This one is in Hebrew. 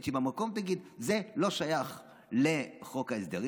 שבמקום תגיד שזה לא שייך לחוק ההסדרים,